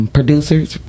Producers